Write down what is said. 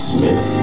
Smith